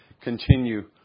continue